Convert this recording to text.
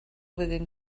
flwyddyn